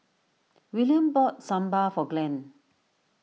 Willaim bought Sambar for Glenn